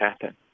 happen